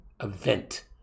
event